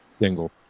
Dingle